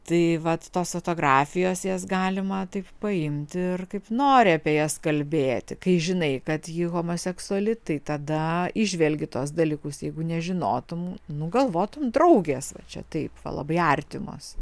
tai vat tos fotografijos jas galima taip paimti ir kaip nori apie jas kalbėti kai žinai kad ji homoseksuali tai tada įžvelgi tuos dalykus jeigu nežinotum nu galvotum draugės va čia taip va labai artimos